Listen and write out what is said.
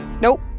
Nope